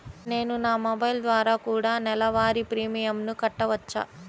నేను నా మొబైల్ ద్వారా కూడ నెల వారి ప్రీమియంను కట్టావచ్చా?